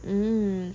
hmm